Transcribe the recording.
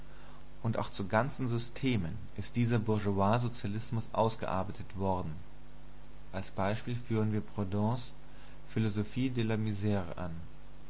und auch zu ganzen systemen ist dieser bourgeoissozialismus ausgearbeitet worden als beispiel führen wir proudhons philosophie de la misre an